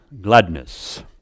gladness